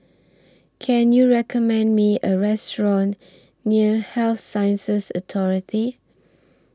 Can YOU recommend Me A Restaurant near Health Sciences Authority